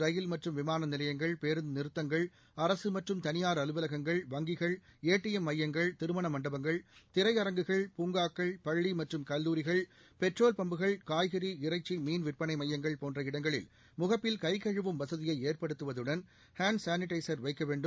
ரயில் மற்றும் விமான நிலையங்கள் பேருந்து நிறுத்தங்கள் அரசு மற்றும் தனியார் அலுவலகங்கள் வங்கிகள் ஏடிஎம் மையங்கள் திருமண மண்டபங்கள் திரையரங்குகள் பூங்காக்கள் பள்ளி மற்றும் கல்லூரிகள் பெட்ரோல் பம்புகள் காய்கறி இறைச்சி மீன் விற்பனை மையங்கள் போன்ற இடங்களில் முகப்பில் கை கழுவும் வசதியை ஏற்படுத்துவதுடன் ஹேண்ட் சாளிடைசா் வைக்க வேண்டும்